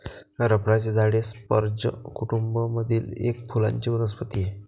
रबराचे झाड हे स्पर्ज कुटूंब मधील एक फुलांची वनस्पती आहे